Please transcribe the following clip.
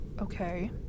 Okay